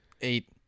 Eight